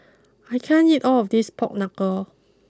I can't eat all of this Pork Knuckle